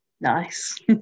Nice